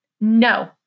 No